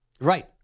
Right